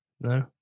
no